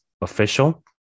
official